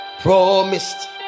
promised